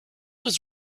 was